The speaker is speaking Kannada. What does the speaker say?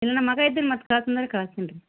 ಇಲ್ಲಿ ನಮ್ಮ ಮಗ ಇದ್ದನು ಮತ್ತು ಕಳ್ಸು ಅಂದರೆ ಕಳ್ಸ್ತೀನಿ ರೀ